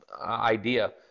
idea